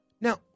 now